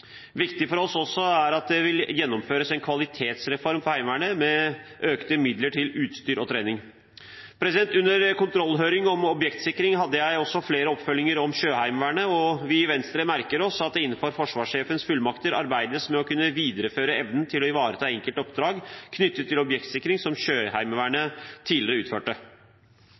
også viktig for oss at det vil gjennomføres en kvalitetsreform for Heimevernet med økte midler til utstyr og trening. Under en kontrollhøring om objektsikring hadde jeg også flere oppfølginger om Sjøheimevernet. Vi i Venstre merker oss at det innenfor forsvarssjefens fullmakter arbeides med å kunne videreføre evnen til å ivareta enkelte oppdrag knyttet til objektsikring som Sjøheimevernet tidligere utførte.